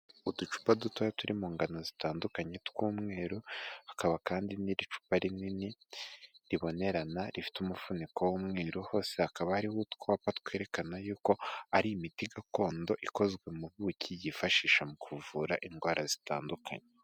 Uducupa duto turi mu ngano zitandukanye tw'umweru hakaba kandi n'icupa rinini ribonerana rifite umufuniko w'umwiru hose hakaba hariho utwapa twerekana yuko ari imiti gakondo ikozwe mu buki yifashisha mu kuvura indwara zitandukanye.